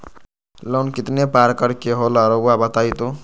Loan कितने पारकर के होला रऊआ बताई तो?